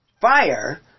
fire